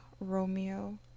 Romeo